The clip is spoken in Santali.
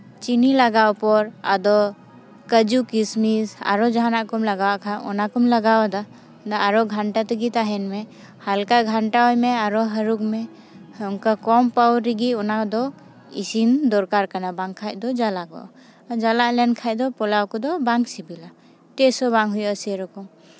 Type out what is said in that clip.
ᱪᱤᱱᱤ ᱞᱟᱜᱟᱣ ᱯᱚᱨ ᱟᱫᱚ ᱠᱟᱹᱡᱩ ᱠᱤᱥᱢᱤᱥ ᱟᱨᱚ ᱡᱟᱦᱟᱸᱱᱟᱜ ᱠᱚᱢ ᱞᱟᱜᱟᱣ ᱠᱷᱟᱱ ᱚᱱᱟ ᱠᱚᱢ ᱞᱟᱜᱟᱣ ᱟᱫᱟ ᱚᱱᱟ ᱟᱨᱚ ᱜᱷᱟᱱᱴᱟ ᱛᱮᱜᱮ ᱛᱟᱦᱮᱱ ᱢᱮ ᱦᱟᱞᱠᱟ ᱜᱷᱟᱱᱴᱟᱭ ᱢᱮ ᱟᱨᱚ ᱦᱟᱹᱨᱩᱵ ᱢᱮ ᱚᱱᱠᱟ ᱠᱚᱢ ᱯᱟᱣᱟᱨ ᱨᱮᱜᱮ ᱚᱱᱟ ᱫᱚ ᱤᱥᱤᱱ ᱫᱚᱨᱠᱟᱨ ᱠᱟᱱᱟ ᱵᱟᱝᱠᱷᱟᱱ ᱫᱚ ᱡᱟᱞᱟᱫᱚᱜᱼᱟ ᱡᱟᱞᱟᱫ ᱞᱮᱱᱠᱷᱟᱱ ᱫᱚ ᱯᱳᱞᱟᱣ ᱠᱚᱫᱚ ᱵᱟᱝ ᱥᱤᱵᱤᱞᱟ ᱴᱮᱥᱴ ᱦᱚᱸ ᱵᱟᱝ ᱦᱩᱭᱩᱜᱼᱟ ᱥᱮᱭ ᱨᱚᱠᱚᱢ